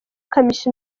kamichi